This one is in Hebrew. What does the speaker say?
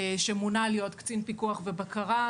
שמונה להיות קצין פיקוח ובקרה,